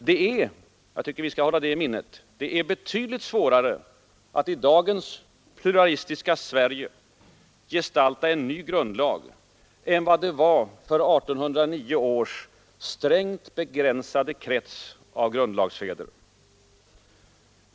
Det är — jag tycker vi skall hålla det i minnet — betydligt svårare att i dagens pluralistiska Sverige gestalta en ny grundlag än vad det var för 1809 års strängt begränsade krets av grundlagsfäder.